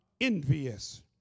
envious